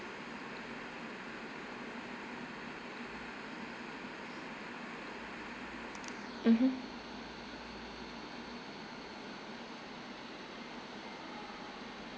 mmhmm